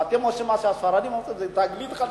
אתם עושים מה שהספרדים אומרים, זו תגלית חדשה.